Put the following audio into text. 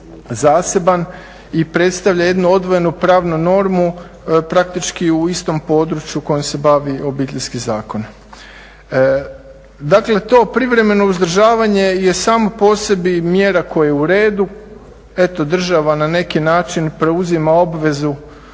zaseban i predstavlja jednu odvojenu pravnu normu praktički u istom području kojim se bavi Obiteljski zakon. Dakle to privremeno uzdržavanje je samo po sebi mjera koja je u redu. Eto država na neki način preuzima obvezu